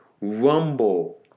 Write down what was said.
Rumble